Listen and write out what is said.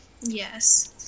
yes